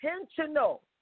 intentional